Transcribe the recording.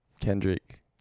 Kendrick